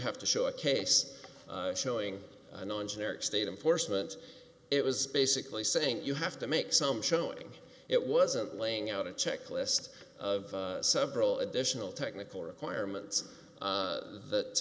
have to show a case showing non generic state important it was basically saying you have to make some showing it wasn't laying out a checklist of several additional technical requirements that th